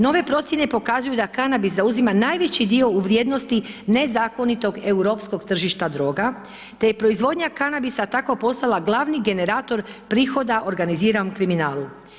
Nove procjene pokazuju da kanabis zauzima najveći do u vrijednosti nezakonitog europskog tržišta droga te je proizvodnja kanabisa tako postala glavi generator prihoda organiziranom kriminalu.